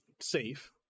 safe